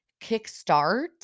kickstart